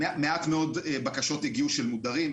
מעט מאוד בקשות של מודרים הגיעו.